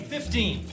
Fifteen